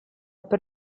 per